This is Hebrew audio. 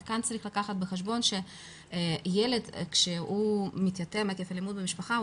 אבל כאן צריך לקחת בחשבון שילד כשהוא מתייתם עקב אלימות במשפחה,